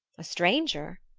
a stranger?